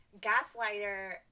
gaslighter